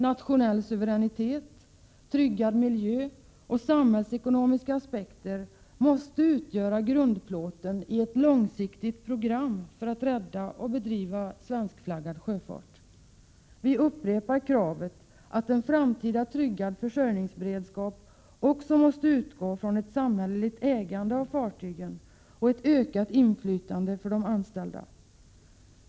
Nationell suveränitet, tryggad miljö och samhällsekonomiska aspekter måste utgöra grundplåten i ett långsiktigt program för att rädda och bedriva svenskflaggad sjöfart. Vi upprepar kravet att en framtida tryggad försörjningsberedskap också måste utgå ifrån ett samhälleligt ägande av fartygen och ett ökat inflytande för de anställda.